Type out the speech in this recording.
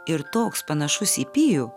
ir toks panašus į pijų